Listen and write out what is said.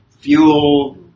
fuel